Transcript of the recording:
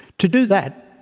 to do that,